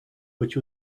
which